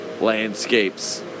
landscapes